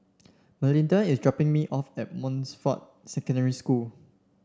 Melinda is dropping me off at Montfort Secondary School